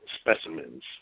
specimens